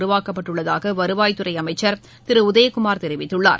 உருவாக்கப்பட்டுள்ளதாகவருவாய் துறைஅமைச்சர் திருஉதயகுமார் தெரிவித்துள்ளார்